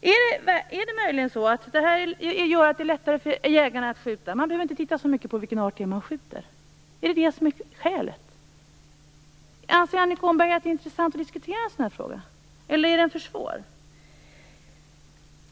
Är det möjligen så att det gör att det är lättare för jägarna att skjuta? Man behöver ju inte titta så mycket på vilken art det är man skjuter. Är det skälet? Anser Annika Åhnberg att det är intressant att diskutera en sådan här fråga? Eller är den för svår?